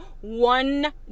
one